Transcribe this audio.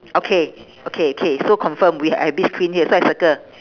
okay okay K so confirm we I have beach queen here so I circle